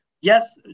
yes